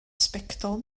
sbectol